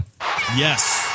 Yes